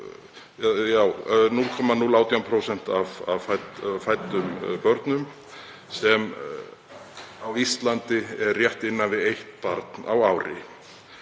séu 0,018% af fæddum börnum. Á Íslandi er það rétt innan við eitt barn á ári.